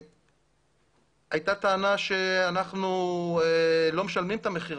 הייתה טענה שאנחנו לא משלמים את המחיר,